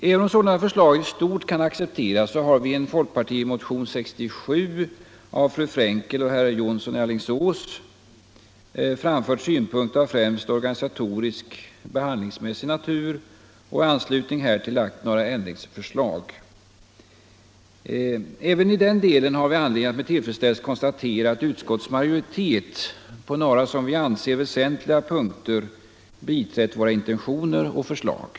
Även om sålunda förslaget i stort kan accepteras har vi i en folkpartimotion 67 av fru Frenkel och herr Jonsson i Alingsås framfört syn Marknadsförings punkter av främst organisatorisk och behandlingsmässig natur och i anslutning härtill lagt några ändringsförslag. Även i denna del har vi anledning att med tillfredsställelse konstatera att utskottets majoritet på några, som vi anser, väsentliga punkter biträtt våra intentioner och förslag.